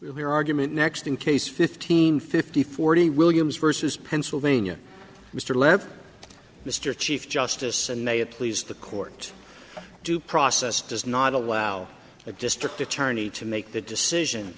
we're argument next in case fifteen fifty forty williams versus pennsylvania mr laird mr chief justice and may it please the court due process does not allow the district attorney to make the decision